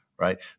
right